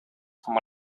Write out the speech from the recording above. como